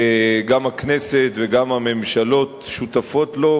שגם הכנסת וגם הממשלות שותפות לו,